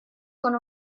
con